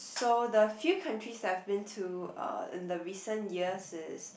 so the few countries that I've been to uh in the recent years is